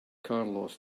carlos